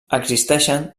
existeixen